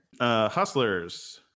Hustlers